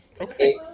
Okay